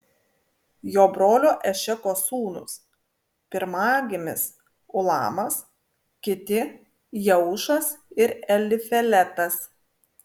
jo brolio ešeko sūnūs pirmagimis ulamas kiti jeušas ir elifeletas